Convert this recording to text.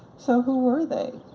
so who were they?